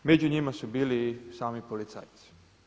Među njima su bili i sami policajci.